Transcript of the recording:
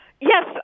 Yes